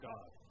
God